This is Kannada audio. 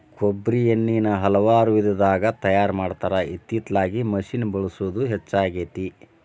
ಕೊಬ್ಬ್ರಿ ಎಣ್ಣಿನಾ ಹಲವಾರು ವಿಧದಾಗ ತಯಾರಾ ಮಾಡತಾರ ಇತ್ತಿತ್ತಲಾಗ ಮಿಷಿನ್ ಬಳಸುದ ಹೆಚ್ಚಾಗೆತಿ